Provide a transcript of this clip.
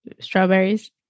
strawberries